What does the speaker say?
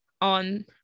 on